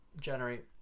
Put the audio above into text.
generate